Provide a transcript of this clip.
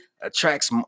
Attracts